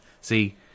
see